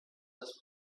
this